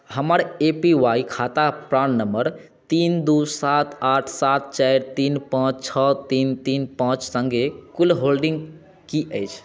हमर A P Y खाता प्राण नम्बर तीन दू सात आठ सात चारि तीन पाँच छओ तीन तीन पाँच सङ्गे कुल होल्डिंग की अछि